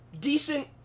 Decent